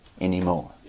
anymore